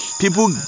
people